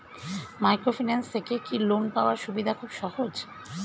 Microfinance থেকে কি loan পাওয়ার সুবিধা খুব সহজ?